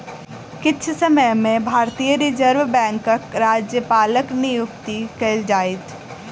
किछ समय में भारतीय रिज़र्व बैंकक राज्यपालक नियुक्ति कएल जाइत